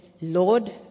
Lord